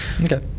Okay